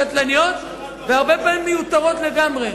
קטלניות, והרבה פעמים מיותרות לגמרי.